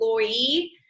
employee